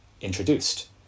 Introduced